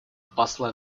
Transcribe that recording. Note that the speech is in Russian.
посла